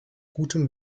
gutem